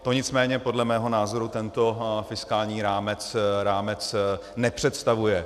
To nicméně podle mého názoru tento fiskální rámec nepředstavuje.